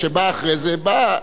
אותו ראש ממשלה,